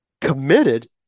committed